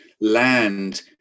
land